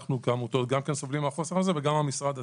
אנו כעמותות גם סובלים מהחוסר הזה וגם המשרד עצמו.